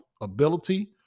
ability